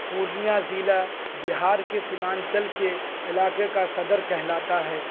پورنیا ضلع بہار کے سیمانچل کے علاقے کا صدر کہلاتا ہے